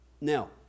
Now